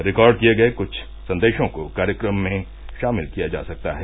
record किए गए कुछ संदेशों को कार्यक्रम में शामिल किया जा सकता है